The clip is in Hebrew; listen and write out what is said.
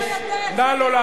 נא לא להפריע לשר הפנים.